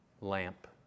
lamp